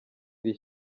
iri